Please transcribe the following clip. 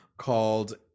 called